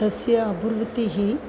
तस्य अपूर्वतिः